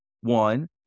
one